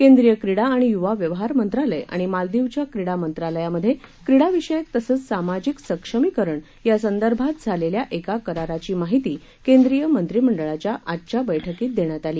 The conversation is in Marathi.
केंद्रीय क्रीडा आणि यूवा व्यवहार मंत्रालय आणि मालदीवच्या क्रीडा मंत्रालयामध्ये क्रीडाविषयक तसंच सामाजिक सक्षमीकरण यासंदर्भात झालेल्या एका कराराची माहिती केंद्रीय मंत्रिमंडळाच्या आजच्या बैठकीत देण्यात आली